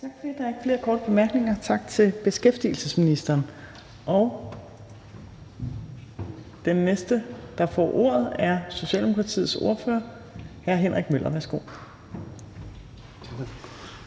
Tak for det. Der er ikke flere korte bemærkninger. Tak til beskæftigelsesministeren. Den næste, der får ordet, er Socialdemokratiets ordfører, hr. Henrik Møller. Værsgo.